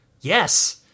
Yes